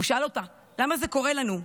הוא שאל אותה: למה זה קורה לנו?